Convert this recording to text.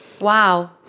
wow